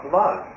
love